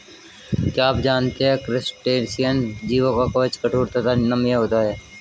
क्या आप जानते है क्रस्टेशियन जीवों का कवच कठोर तथा नम्य होता है?